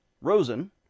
Rosen